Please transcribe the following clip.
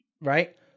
right